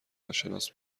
ناشناس